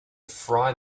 fry